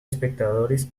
espectadores